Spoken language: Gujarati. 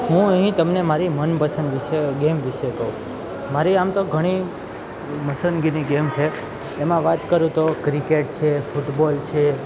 હું અહીં તમને મારી મનપસંદ વિશે ગેમ વિશે કહું મારી આમ તો ઘણી પસંદગીની ગેમ છે એમાં વાત કરું તો ક્રિકેટ છે ફૂટબોલ છે